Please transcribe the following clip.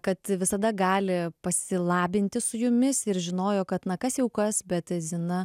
kad visada gali pasilabinti su jumis ir žinojo kad na kas jau kas bet zina